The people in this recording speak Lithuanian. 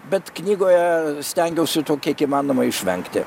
bet knygoje stengiausi to kiek įmanoma išvengti